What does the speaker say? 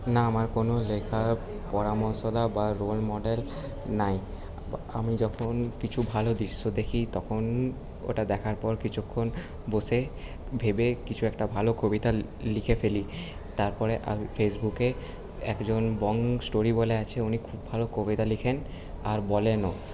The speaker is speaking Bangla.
না আমার কোনো লেখার পরামর্শদাতা বা রোল মডেল নাই আমি যখন কিছু ভালো দৃশ্য দেখি তখন ওটা দেখার পর কিছুক্ষণ বসে ভেবে কিছু একটা ভালো কবিতা লিখে ফেলি তারপরে ফেসবুকে একজন বং স্টোরি বলে আছে উনি খুব ভালো কবিতা লেখেন আর বলেনও